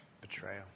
betrayal